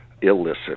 illicit